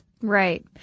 Right